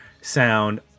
sound